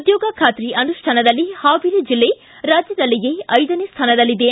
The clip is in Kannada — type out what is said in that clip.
ಉದ್ಯೋಗ ಖಾತ್ರಿ ಅನುಷ್ಠಾನದಲ್ಲಿ ಹಾವೇರಿ ಜಿಲ್ಲೆ ರಾಜ್ಯದಲ್ಲಿಯೇ ಐದನೇ ಸ್ಥಾನದಲ್ಲಿದೆ